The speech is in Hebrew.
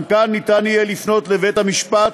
גם כאן ניתן יהיה לפנות לבית-המשפט